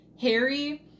Harry